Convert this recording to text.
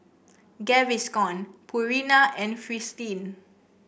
Gaviscon Purina and Fristine